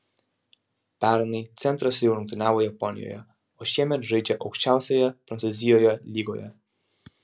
pernai centras jau rungtyniavo japonijoje o šiemet žaidžia aukščiausioje prancūzijoje lygoje